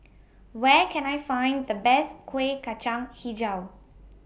Where Can I Find The Best Kuih Kacang Hijau